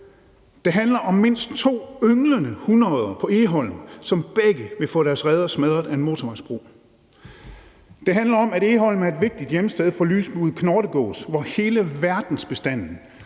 det handler om mindst to ynglende hunoddere, som begge vil få deres reder smadret af en motorvejsbro; det handler om, at Egholm er et vigtigt hjemsted for lysbuget knortegås, hvor hele verdensbestanden